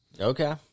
Okay